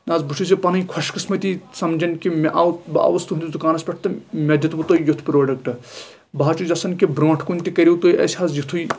نہ حظ بہٕ چھُس یہِ پَنٕنۍ خۄش قٕسمَتی سَمجھان کہِ مےٚ آو بہٕ آوُس تُہنٛدِس دُکانَس پٮ۪ٹھ تہٕ مےٚ دِتوٕ تۄہہِ یُتھ پروڈکٹ بہٕ حظ چھُ یِژھان کہِ برونٛٹھ کُن تہِ کٔرِو تُہۍ اسہِ حظ یِتُھے